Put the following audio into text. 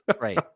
right